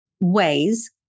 ways